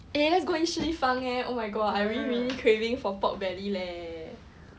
eh let's go eat Shi Li Fang leh I really really craving for pork belly leh